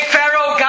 Pharaoh